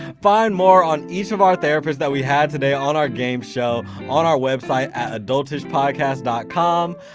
find more on each of our therapists that we had today on our game show on our website at adultishpodcast dot com.